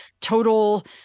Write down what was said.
total